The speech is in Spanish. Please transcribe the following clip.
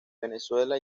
venezuela